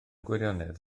gwirionedd